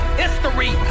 history